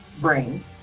brain